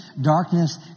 darkness